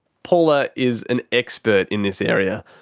paula is an expert in this area.